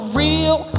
real